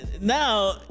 now